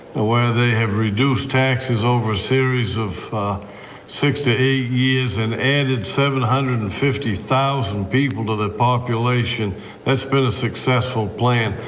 where they have reduced taxes over a series of six to eight years and added seven hundred and fifty thousand people to their population that's been a successful plan,